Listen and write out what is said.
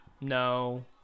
No